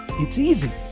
it's easy!